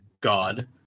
god